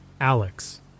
Alex